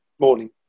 morning